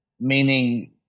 Meaning